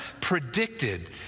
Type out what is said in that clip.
predicted